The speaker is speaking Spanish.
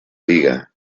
liga